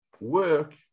work